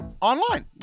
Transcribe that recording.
online